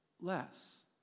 less